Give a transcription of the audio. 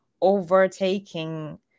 overtaking